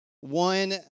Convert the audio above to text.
One